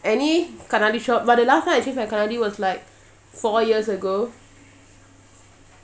any கண்ணாடி:kannadi shop but the last time I change my கண்ணாடி:kannadi was like four years ago